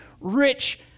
rich